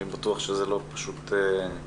אני בטוח שזה לא פשוט לדבר כאן.